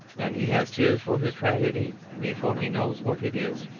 and he has tears for his tragedy before he knows what it is.